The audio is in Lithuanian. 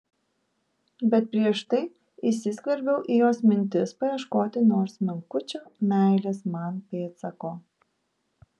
bet prieš tai įsiskverbiau į jos mintis paieškoti nors menkučio meilės man pėdsako